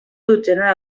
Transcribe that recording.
dotzena